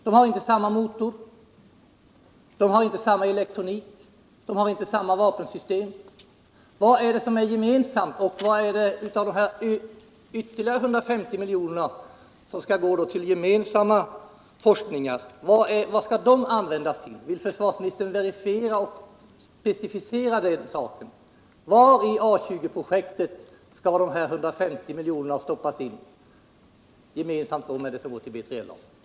De har inte samma motor, inte samma elektronik och inte samma vapensystem. Vad är det som är gemensamt och vad är det av dessa ytterligare 150 miljoner som skall gå till gemensam forskning? Vad skall de pengarna användas till? Vill försvarsministern verifiera och specificera det? Var i A 20-projektet skall de 150 miljonerna stoppas in gemensamt när de skall gå till BILA?